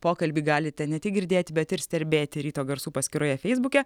pokalbį galite ne tik girdėti bet ir stebėti ryto garsų paskyroje feisbuke